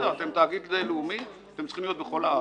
אתם תאגיד לאומי, אתם צריכים להיות בכל הארץ.